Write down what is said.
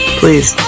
please